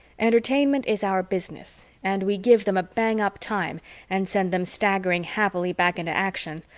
entertainment is our business and we give them a bang-up time and send them staggering happily back into action,